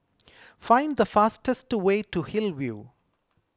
find the fastest way to Hillview